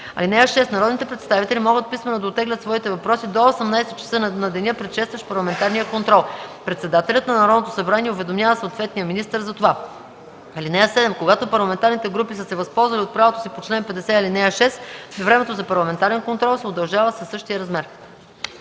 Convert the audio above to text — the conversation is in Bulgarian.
(6) Народните представители могат писмено да оттеглят своите въпроси до 18,00 часа на деня, предшестващ парламентарния контрол. Председателят на Народното събрание уведомява съответния министър за това. (7) Когато парламентарните групи са се възползвали от правото си по чл. 50, ал. 6, времето за парламентарен контрол се удължава със същия размер.”